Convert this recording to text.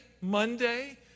Monday